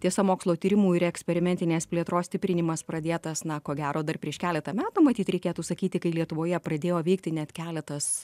tiesa mokslo tyrimų ir eksperimentinės plėtros stiprinimas pradėtas na ko gero dar prieš keletą metų matyt reikėtų sakyti kai lietuvoje pradėjo veikti net keletas